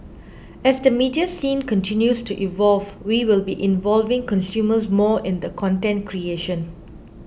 as the media scene continues to evolve we will be involving consumers more in the content creation